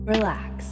Relax